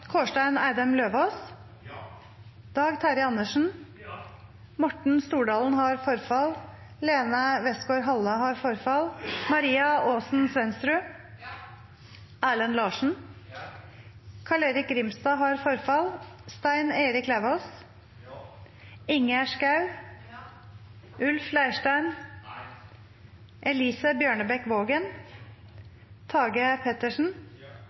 Kårstein Eidem Løvaas, Dag Terje Andersen, Maria Aasen-Svensrud, Erlend Larsen, Stein Erik Lauvås, Ingjerd Schou, Elise Bjørnebekk-Waagen, Tage Pettersen,